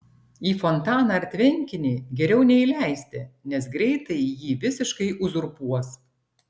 į fontaną ar tvenkinį geriau neįleisti nes greitai jį visiškai uzurpuos